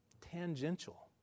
tangential